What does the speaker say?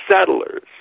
settlers